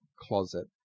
closet